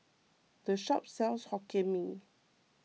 this shop sells Hokkien Mee